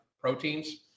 proteins